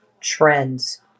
trends